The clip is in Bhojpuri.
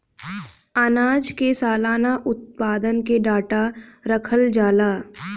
आनाज के सलाना उत्पादन के डाटा रखल जाला